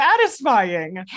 satisfying